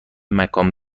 مکان